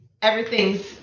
everything's